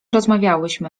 rozmawiałyśmy